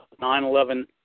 9/11